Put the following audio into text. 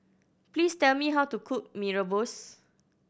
please tell me how to cook Mee Rebus